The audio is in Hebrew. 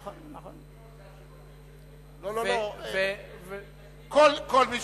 לא, כל מי